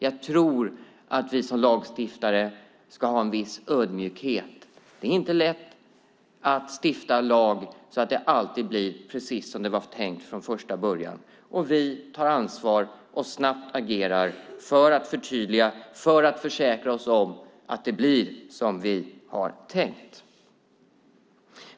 Jag tror att vi som lagstiftare ska ha en viss ödmjukhet. Det är inte lätt att stifta lag så att det alltid blir precis som det var tänkt från första början. Vi tar ansvar och agerar snabbt för att förtydliga för att försäkra oss om att det blir som vi har tänkt.